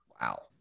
Wow